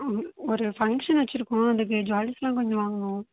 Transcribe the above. ம் ஒரு ஃபங்க்ஷன் வச்சிருக்கோம் அதுக்கு ஜுவல்ஸ்லா கொஞ்சம் வாங்கணும்